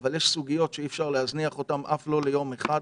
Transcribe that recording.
אבל יש סוגיות שאי אפשר להזניח אותן אף לא ליום אחד,